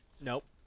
Nope